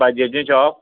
भाजयेचें shop